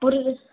बोरै